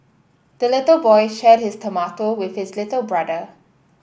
the little boy shared his tomato with his little brother